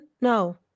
No